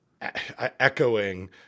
echoing